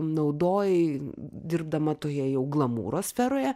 naudojai dirbdama toje jau glamūro sferoje